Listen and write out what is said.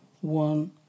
one